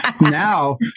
now